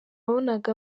wabonaga